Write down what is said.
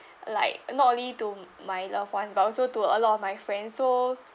like not only to my loved ones but also to a lot of my friends so